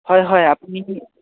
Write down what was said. হয় হয় আপুনি